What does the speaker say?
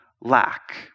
lack